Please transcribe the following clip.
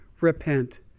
Repent